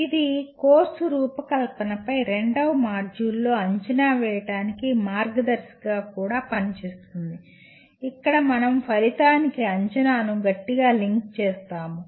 ఇది కోర్సు రూపకల్పనపై రెండవ మాడ్యూల్లో అంచనా వేయడానికి మార్గదర్శిగా కూడా పనిచేస్తుంది ఇక్కడ మనం ఫలితానికి అంచనాను గట్టిగా లింక్ చేస్తాము